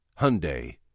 Hyundai